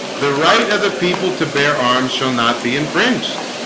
the right of the people to bear arms shall not be infringed.